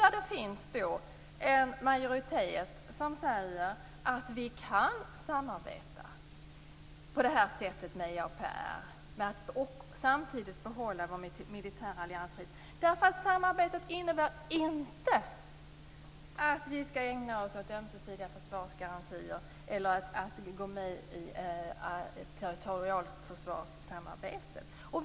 Det finns en majoritet här som säger att vi kan samarbeta på det här sättet med EAPR och samtidigt behålla vår militära alliansfrihet. Samarbetet innebär inte att vi skall ägna oss åt ömsesidiga försvarsgarantier eller att vi skall gå med i territorialförsvarssamarbetet.